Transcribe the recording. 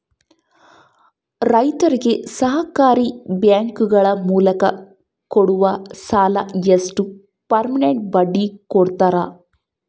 ರೈತರಿಗೆ ಸಹಕಾರಿ ಬ್ಯಾಂಕುಗಳ ಮೂಲಕ ಕೊಡುವ ಸಾಲ ಎಷ್ಟು ಪರ್ಸೆಂಟ್ ಬಡ್ಡಿ ಕೊಡುತ್ತಾರೆ?